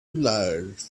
large